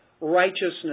righteousness